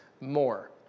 more